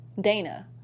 Dana